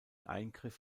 eingriff